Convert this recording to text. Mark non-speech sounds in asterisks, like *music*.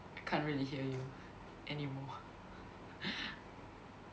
I can't really hear you anymore *laughs*